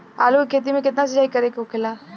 आलू के खेती में केतना सिंचाई करे के होखेला?